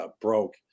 broke